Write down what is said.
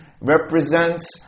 represents